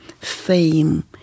fame